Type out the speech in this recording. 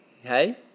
Hey